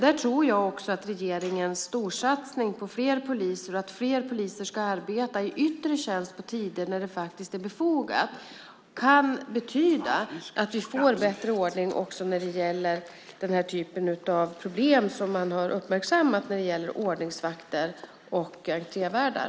Jag tror också att regeringens storsatsning på fler poliser och att fler poliser ska arbeta i yttre tjänst på tider när det är befogat kan betyda att vi får bättre ordning på den typ av problem som man har uppmärksammat när det gäller ordningsvakter och entrévärdar.